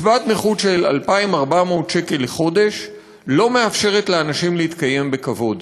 קצבת נכות של 2,400 שקל לחודש לא מאפשרת לאנשים להתקיים בכבוד.